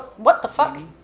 what the fuck?